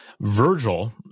Virgil